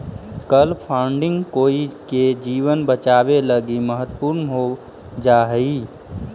कल फंडिंग कोई के जीवन बचावे लगी महत्वपूर्ण हो जा हई